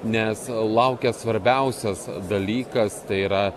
nes laukia svarbiausias dalykas tai yra